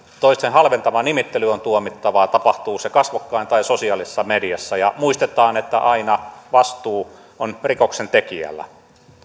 toisten halventava nimittely on tuomittavaa tapahtuu se kasvokkain tai sosiaalisessa mediassa ja muistetaan että aina vastuu on rikoksentekijällä